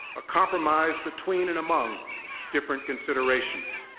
a compromise between and among different considerations.